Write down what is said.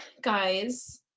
guys